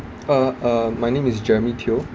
uh uh my name is jeremy teo